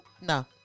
No